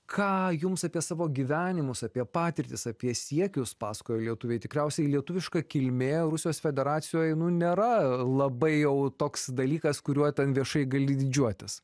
ką jums apie savo gyvenimus apie patirtis apie siekius pasakojo lietuviai tikriausiai lietuviška kilmė rusijos federacijoje nu nėra labai jau toks dalykas kuriuo ten viešai gali didžiuotis